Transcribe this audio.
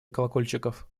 колокольчиков